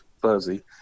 Fuzzy